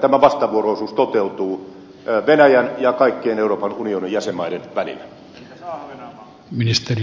tämä vastavuoroisuus toteutuu venäjän ja kaikkien euroopan unionin jäsenmaiden välillä